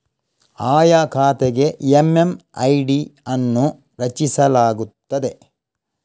ಆಯಾ ಖಾತೆಗೆ ಎಮ್.ಎಮ್.ಐ.ಡಿ ಅನ್ನು ರಚಿಸಲಾಗುತ್ತದೆ